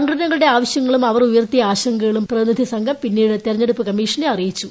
സംഘടനകളുടെ ആവശ്യങ്ങളും ഇവർ ഉയർത്തിയ ആശങ്കകളും പ്രതിനിധി സംഘം പിന്നീട് തെരഞ്ഞെടുപ്പ് കമ്മീഷനെ അറിയിച്ചു